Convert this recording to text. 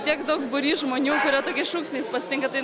tiek daug būrys žmonių kurie tokiais šūksniais pasitinka tai